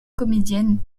comédienne